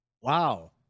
Wow